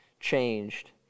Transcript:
changed